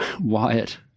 Wyatt